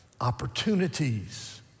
opportunities